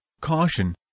caution